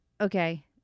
Okay